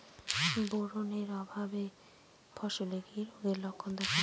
Boron এর অভাবে ফসলে কি রোগের লক্ষণ দেখা যায়?